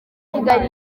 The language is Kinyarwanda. kigali